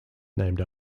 named